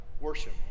worship